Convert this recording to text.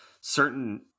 certain